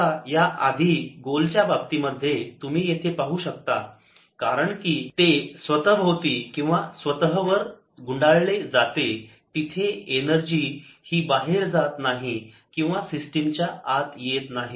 आता या आधी गोलच्या बाबतीमध्ये तुम्ही येथे पाहू शकता कारण की ते स्वतःभोवती किंवा स्वतःवर गुंडाळले जाते तिथे एनर्जी ही बाहेर जात नाही किंवा सिस्टीम च्या आत येत नाही